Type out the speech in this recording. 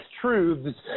truths